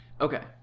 okay